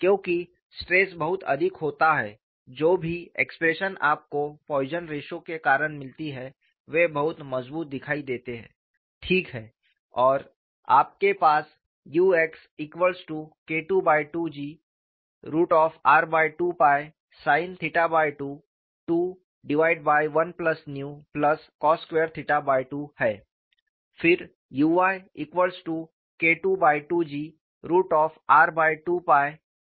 क्योंकि स्ट्रेस बहुत अधिक होता है जो भी एक्सप्रेशन आपको पॉइसन रेश्यो के कारण मिलती है वे बहुत मजबूत दिखाई देते हैं ठीक है